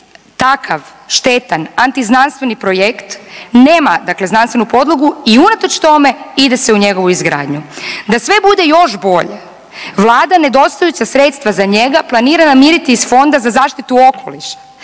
takav štetan, antiznanstveni projekt nema dakle znanstvenu podlogu i unatoč tome ide se u njegovu izgradnju. Da sve bude još bolje, Vlada nedostajuća sredstva za njega planira namiriti iz Fonda za zaštitu okoliša